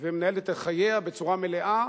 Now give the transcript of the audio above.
ומנהלת את חייה בצורה מלאה,